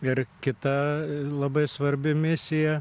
ir kita labai svarbi misija